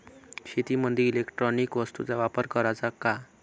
शेतीमंदी इलेक्ट्रॉनिक वस्तूचा वापर कराचा का?